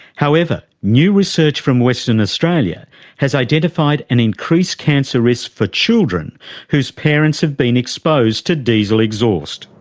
however, new research from western australia has identified an increased cancer risk for children whose parents have been exposed to diesel exhaust.